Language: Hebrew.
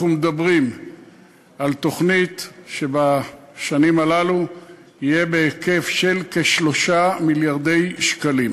אנחנו מדברים על תוכנית שבשנים הללו תהיה בהיקף של כ-3 מיליארד שקל.